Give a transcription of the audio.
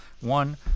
One